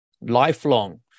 lifelong